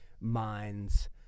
minds